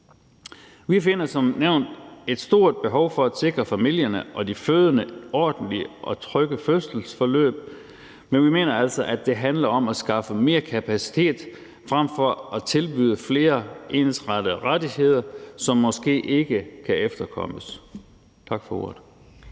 Vi finder som nævnt, at der er et stort behov for at sikre familierne og de fødende ordentlige og trygge fødselsforløb, men vi mener altså, at det handler om at skaffe mere kapacitet frem for at tilbyde flere ensrettede rettigheder, som måske ikke kan efterkommes. Tak for ordet.